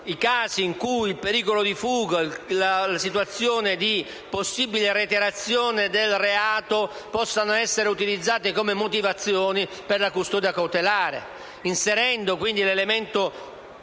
i casi in cui il pericolo di fuga o la situazione di possibile reiterazione del reato possano essere utilizzati come motivazioni per la custodia cautelare. Si inserisce, quindi, l'elemento